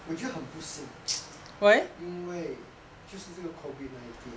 我觉得很不幸 因为就是这个 COVID nineteen